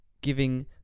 giving